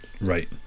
right